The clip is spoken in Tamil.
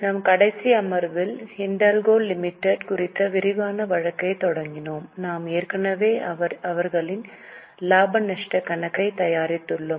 நம் கடைசி அமர்வில் ஹிண்டல்கோ லிமிடெட் குறித்த விரிவான வழக்கைத் தொடங்கினோம் நாம் ஏற்கனவே அவர்களின் லாப நஷ்டக் கணக்கைத் தயாரித்துள்ளோம்